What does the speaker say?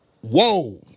whoa